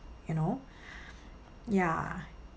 you know ya